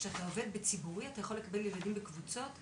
כשאתה עובד בציבורי אתה יכול לקבל ילדים בקבוצות.